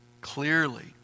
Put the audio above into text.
clearly